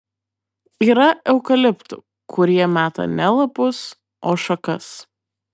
yra eukaliptų kurie meta ne lapus o šakas